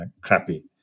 crappy